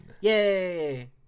Yay